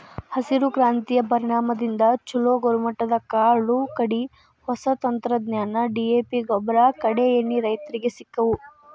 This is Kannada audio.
ಹಸಿರು ಕ್ರಾಂತಿಯ ಪರಿಣಾಮದಿಂದ ಚುಲೋ ಗುಣಮಟ್ಟದ ಕಾಳು ಕಡಿ, ಹೊಸ ತಂತ್ರಜ್ಞಾನ, ಡಿ.ಎ.ಪಿಗೊಬ್ಬರ, ಕೇಡೇಎಣ್ಣಿ ರೈತರಿಗೆ ಸಿಕ್ಕವು